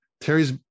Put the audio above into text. Terry's